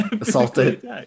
assaulted